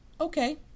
Okay